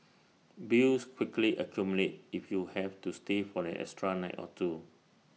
bills quickly accumulate if you have to stay for an extra night or two